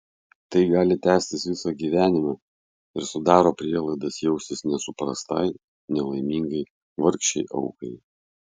tai gali tęstis visą gyvenimą ir sudaro prielaidas jaustis nesuprastai nelaimingai vargšei aukai